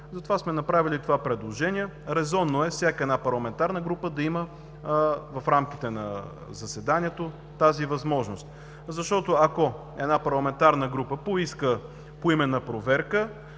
Затова сме направили това предложение. Резонно е всяка една парламентарна група да има в рамките на заседанието тази възможност. Ако една парламентарна група поиска поименна проверка,